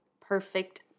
perfect